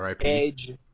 Edge